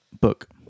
book